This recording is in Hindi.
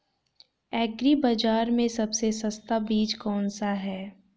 एग्री बाज़ार में सबसे सस्ता बीज कौनसा है?